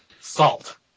Salt